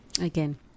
Again